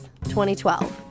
2012